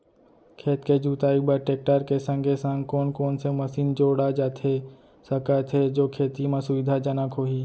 खेत के जुताई बर टेकटर के संगे संग कोन कोन से मशीन जोड़ा जाथे सकत हे जो खेती म सुविधाजनक होही?